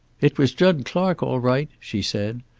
it was jud clark, all right, she said.